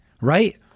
right